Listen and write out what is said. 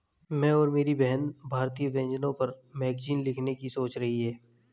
मैं और मेरी बहन भारतीय व्यंजनों पर मैगजीन लिखने की सोच रही है